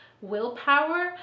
willpower